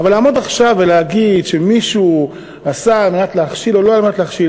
אבל לעמוד עכשיו ולהגיד שמישהו עשה כדי להכשיל או לא כדי להכשיל?